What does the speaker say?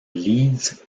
leeds